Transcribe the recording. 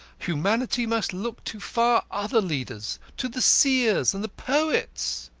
humanity must look to far other leaders to the seers and the poets!